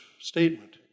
statement